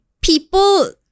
people